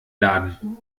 laden